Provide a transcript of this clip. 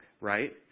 right